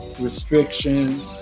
restrictions